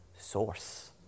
source